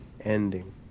ending